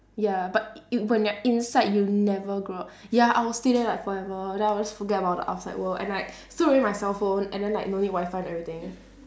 ya but it will when you're inside you'll never grow up ya I will stay there like forever then I'll just forget about the outside world and like throw away my cell phone and then like no need wi-fi and everything